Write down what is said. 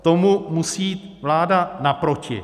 Tomu musí jít vláda naproti.